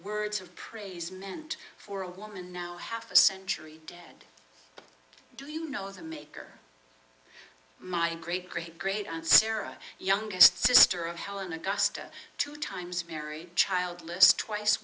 words of praise meant for a woman now half a century dead do you know the maker my great great great aunt sarah youngest sister of helen augusta two times married childless twice